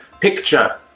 picture